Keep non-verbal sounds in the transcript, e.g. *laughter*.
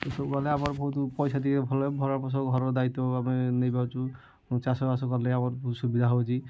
ଏ ସବୁ କଲେ ଆମର ବହୁତ ପଇସା ଟିକେ ଭଲ ଭଲ *unintelligible* ଘରର ଦାୟିତ୍ୱ ଆମେ ନେଇ ପାରୁଛୁ ଚାଷ ବାସ କଲେ ଆମର ସୁବିଧା ହେଉଛି